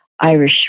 Irish